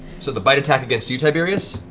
so the bite attack against you, tiberius.